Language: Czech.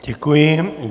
Děkuji.